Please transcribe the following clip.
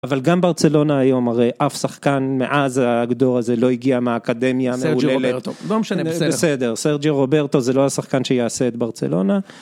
אבל גם ברצלונה היום, הרי אף שחקן מאז ההגדור הזה לא הגיע מהאקדמיה, סרג'י רוברטו, לא משנה בסדר. בסדר, סרג'י רוברטו זה לא השחקן שיעשה את ברצלונה.